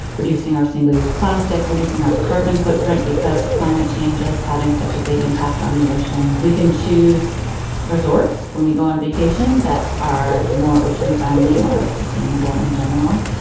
reducing our single use plastic, reducing our carbon footprint because climate change is having such a big impact on the ocean. we can choose resorts when we go on vacation that are more ocean-friendly or sustainable in general.